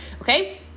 okay